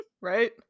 right